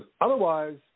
otherwise